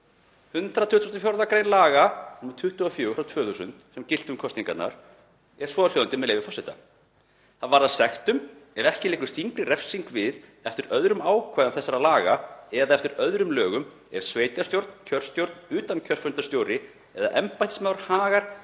124. gr. laga nr. 24/2000, sem giltu um kosningarnar, er svohljóðandi, með leyfi forseta: „Það varðar sektum, ef ekki liggur þyngri refsing við eftir öðrum ákvæðum þessara laga eða eftir öðrum lögum, ef sveitarstjórn, kjörstjórn, utankjörfundarkjörstjóri eða embættismaður hagar